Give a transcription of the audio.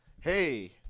Hey